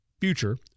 future